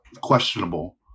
questionable